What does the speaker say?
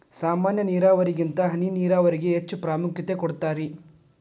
ಸಾಮಾನ್ಯ ನೇರಾವರಿಗಿಂತ ಹನಿ ನೇರಾವರಿಗೆ ಹೆಚ್ಚ ಪ್ರಾಮುಖ್ಯತೆ ಕೊಡ್ತಾರಿ